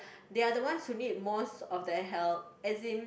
they are the ones who need most of the help as in